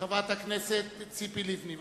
חברת הכנסת ציפי לבני.